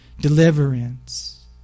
deliverance